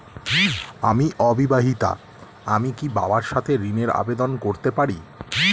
আমি অবিবাহিতা আমি কি বাবার সাথে ঋণের আবেদন করতে পারি?